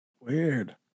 Weird